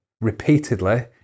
repeatedly